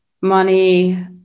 money